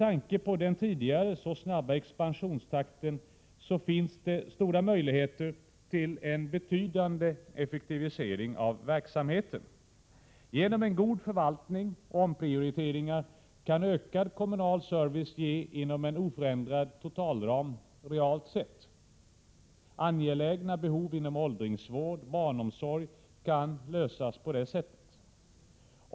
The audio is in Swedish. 1987/88:111 snabba expansionstakten finns det stora möjligheter till en betydande 29 april1988 effektivisering av verksamheten. Genom en god förvaltning och omprioriteringar kan ökad kommunal service ges inom en oförändrad totalram, realt sett. Angelägna behov inom åldringsvård och barnomsorg kan tillgodoses på det sättet.